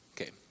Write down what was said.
Okay